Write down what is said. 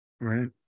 Right